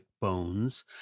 bones